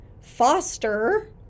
foster